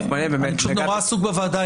אני פשוט מאוד עסוק בוועדה,